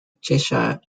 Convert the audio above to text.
cheshire